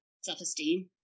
self-esteem